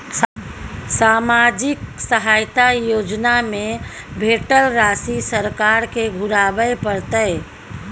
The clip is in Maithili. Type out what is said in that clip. सामाजिक सहायता योजना में भेटल राशि सरकार के घुराबै परतै?